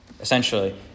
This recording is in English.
essentially